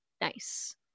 nice